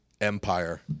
empire